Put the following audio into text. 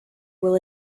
will